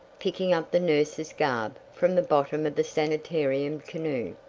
picking up the nurse's garb from the bottom of the sanitarium canoe.